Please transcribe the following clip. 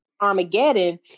Armageddon